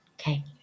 Okay